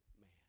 man